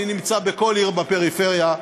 ואני נמצא בכל עיר בפריפריה,